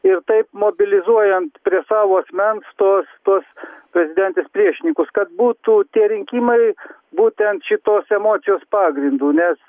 ir taip mobilizuojant prie savo asmens tuos tuos prezidentės priešininkus kad būtų tie rinkimai būtent šitos emocijos pagrindu nes